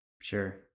Sure